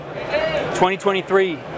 2023